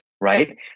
right